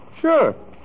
Sure